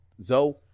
Zoe